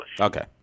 Okay